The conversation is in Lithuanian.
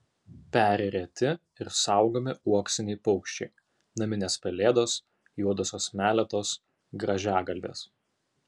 peri reti ir saugomi uoksiniai paukščiai naminės pelėdos juodosios meletos grąžiagalvės